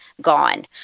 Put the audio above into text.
gone